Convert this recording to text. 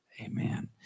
Amen